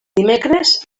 dimecres